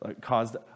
caused